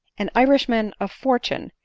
an irishman of fortune,